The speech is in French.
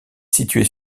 situé